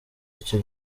icyo